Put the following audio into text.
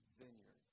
vineyard